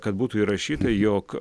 kad būtų įrašyta jog